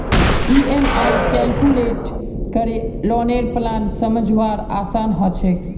EMI calculate करे लौनेर plan समझवार आसान ह छेक